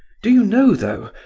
do you know, though,